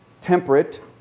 temperate